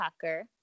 Tucker